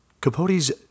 Capote's